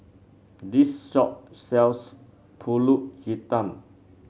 this shop sells pulut Hitam